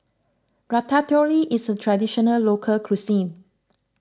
Ratatouille is a Traditional Local Cuisine